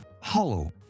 hollow